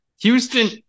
Houston